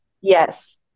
Yes